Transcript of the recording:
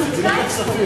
יתעכב.